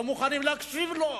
לא מוכנים להקשיב לו.